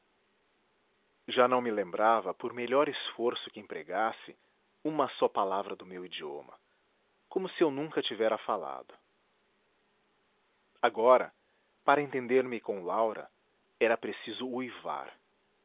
já não me lembrava por melhor esforço que empregasse uma só palavra do meu idioma como se eu nunca tivera falado agora para entender me com laura era preciso uivar